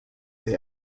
they